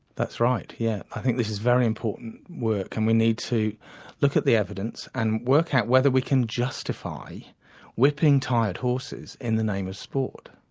that's right, yeah i think this is very important work and we need to look at the evidence and work out whether we can justify whipping tired horses in the name of sport.